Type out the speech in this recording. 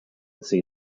see